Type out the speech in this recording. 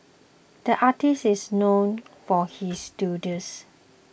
the artist is known for his doodles